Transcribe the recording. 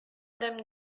them